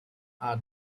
are